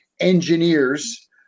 engineers